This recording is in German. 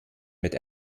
mit